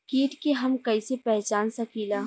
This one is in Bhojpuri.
कीट के हम कईसे पहचान सकीला